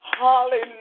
Hallelujah